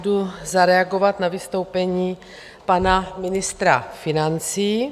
Jdu zareagovat na vystoupení pana ministra financí.